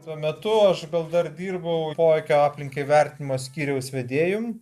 tuo metu aš dar dirbau poveikio aplinkai vertinimo skyriaus vedėju